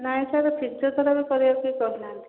ନାଇ sir physiotherapy କରିବାକୁ କେହି କହିନାହାନ୍ତି